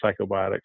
psychobiotics